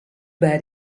bad